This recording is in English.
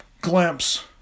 glimpse